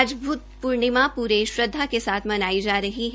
आज बूदव पूर्णिमा पूरी क्षद्वा के साथ मनाई जा रही है